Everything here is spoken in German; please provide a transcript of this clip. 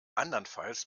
andernfalls